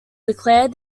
declared